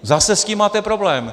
Zase s tím máte problém.